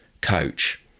coach